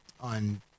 on